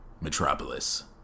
Metropolis